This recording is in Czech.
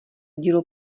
dílo